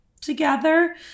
together